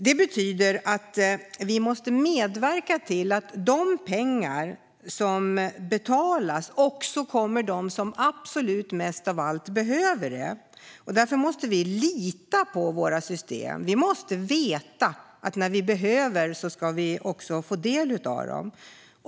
Det betyder att vi måste medverka till att de pengar som betalas kommer dem som mest av allt behöver det till del. Därför måste vi kunna lita på våra system. Vi måste veta att när vi behöver det ska vi också få del av dem.